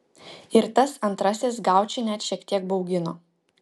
ir tas antrasis gaučį net šiek tiek baugino